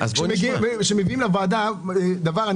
כשמביאים לוועדה מחקר,